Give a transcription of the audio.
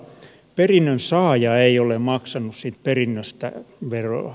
perinnönsaaja ei ole maksanut siitä perinnöstään veroa